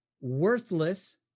worthless